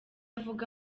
avuga